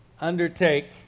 undertake